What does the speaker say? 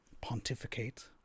pontificate